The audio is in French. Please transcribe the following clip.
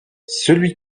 celui